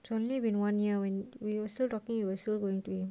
it's only been one year when we were still talking you were still going to him